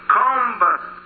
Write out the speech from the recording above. combat